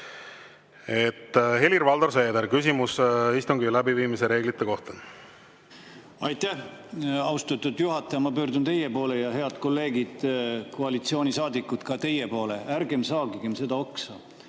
Helir-Valdor Seeder, küsimus istungi läbiviimise reeglite kohta. Aitäh, austatud juhataja! Ma pöördun teie poole ja, head kolleegid koalitsioonisaadikud, ka teie poole: ärgem saagigem seda oksa,